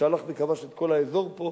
שהלך וכבש את כל האזור פה,